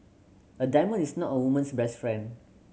a diamond is not a woman's best friend